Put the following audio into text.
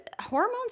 hormones